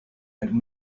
and